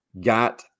got